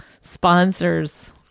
sponsors